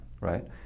right